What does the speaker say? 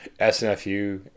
SNFU